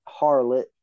harlot